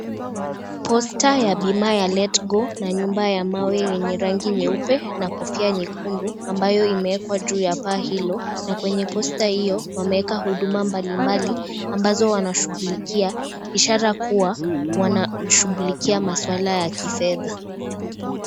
Posta ya bima ya LetGo na nyumba ya mawe yenye rangi nyeupe na kofia nyekundu ambayo imeekwa juu ya paa hilo, na kwenye posta iyo wameeka huduma mbalimbali, ambazo wanashugulikia ishara kuwa wanashugulikia mswala ya kifedha.